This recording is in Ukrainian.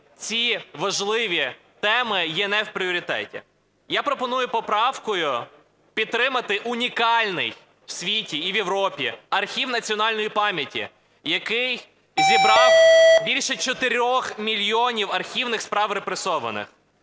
ці важливі теми є не в пріоритеті. Я пропоную поправкою підтримати унікальний в світі і в Європі Архів національної пам'яті, який зібрав більше 4 мільйонів архівних справ репресованих.